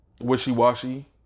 wishy-washy